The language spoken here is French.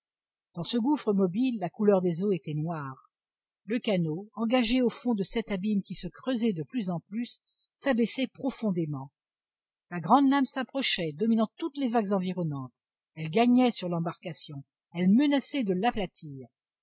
dans ce gouffre mobile la couleur des eaux était noire le canot engagé au fond de cet abîme qui se creusait de plus en plus s'abaissait profondément la grande lame s'approchait dominant toutes les vagues environnantes elle gagnait sur l'embarcation elle menaçait de